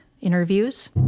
interviews